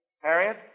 Harriet